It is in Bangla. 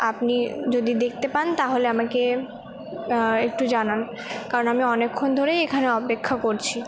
আপনি যদি দেখতে পান তাহলে আমাকে একটু জানান কারণ আমি অনেকক্ষণ ধরেই এখানে অপেক্ষা করছি